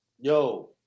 yo